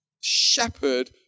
shepherd